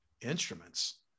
instruments